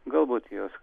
galbūt jos